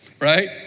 Right